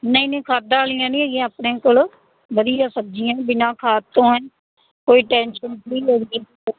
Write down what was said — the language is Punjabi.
ਨਹੀਂ ਨਹੀਂ ਖਾਦਾਂ ਵਾਲੀਆਂ ਨਹੀਂ ਹੈਗੀਆਂ ਆਪਣੇ ਕੋਲੋਂ ਵਧੀਆ ਸਬਜ਼ੀਆਂ ਹੈ ਬਿਨਾ ਖਾਦ ਤੋਂ ਹੈ ਕੋਈ ਟੈਂਸ਼ਨ ਨਹੀਂ ਲੈਣੀ